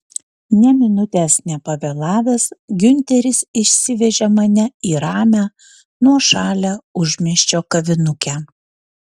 nė minutės nepavėlavęs giunteris išsivežė mane į ramią nuošalią užmiesčio kavinukę